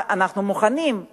אנחנו מוכנים,